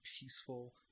peaceful